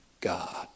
God